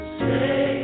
say